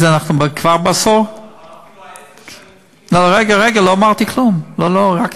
ההצעה להעביר את הצעת חוק לטיפול בכתות פוגעניות,